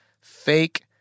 fake